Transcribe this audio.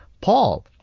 Paul